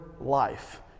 life